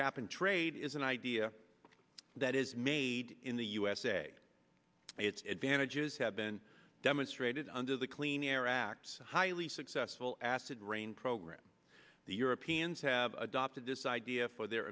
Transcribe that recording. cap and trade is an idea that is made in the usa it vantages have been demonstrated under the clean air act highly successful acid rain program the europeans have adopted this idea for their